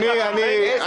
תודה על דבריך.